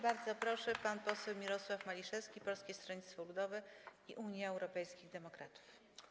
Bardzo proszę, pan poseł Mirosław Maliszewski, Polskie Stronnictwo Ludowe - Unia Europejskich Demokratów.